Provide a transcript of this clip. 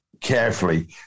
carefully